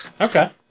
Okay